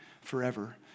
forever